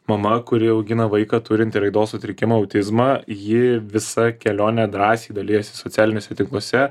mama kuri augina vaiką turintį raidos sutrikimą autizmą ji visa kelione drąsiai dalijasi socialiniuose tinkluose